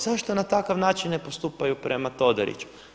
Zašto na takav način ne postupaju prema Todoriću?